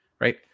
right